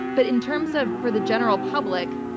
but, in terms of for the general public,